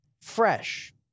fresh